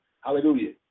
Hallelujah